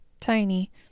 tiny